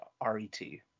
R-E-T